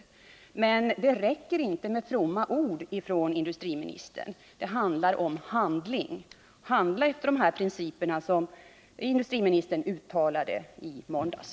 Men det räcker inte med fromma ord från industriministern. Det måste till handling — handling efter de principer som industriministern gav uttryck åt i måndags.